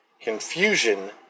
confusion